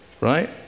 right